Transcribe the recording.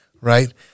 right